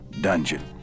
dungeon